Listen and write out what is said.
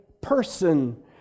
person